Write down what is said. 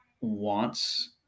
wants